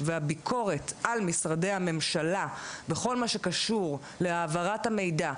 והביקורת על משרדי הממשלה בכל מה שקשור להעברת המידע,